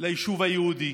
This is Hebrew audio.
ליישוב היהודי.